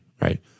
right